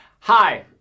Hi